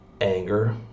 anger